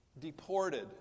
deported